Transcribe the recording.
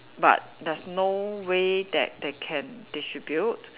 but there's no way that they can distribute